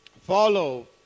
follow